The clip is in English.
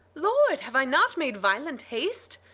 lord, have i not made violent haste?